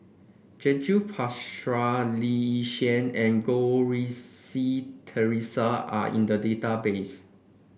Judith Prakash Lee Yi Shyan and Goh Rui Si Theresa are in the database